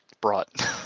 brought